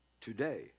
today